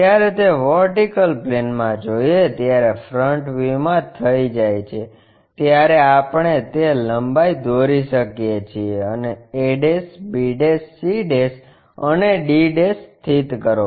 જ્યારે તે વર્ટીકલ પ્લેનમાં જોઇએ ત્યારે ફ્રન્ટ વ્યૂમાં થઈ જાય છે ત્યારે આપણે તે લંબાઈ દોરી શકીએ છીએ અને a b c અને d સ્થિત કરો